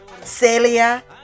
Celia